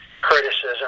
criticism